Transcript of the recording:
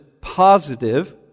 positive